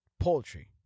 Poultry